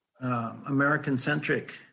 American-centric